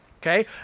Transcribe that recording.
okay